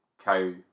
cow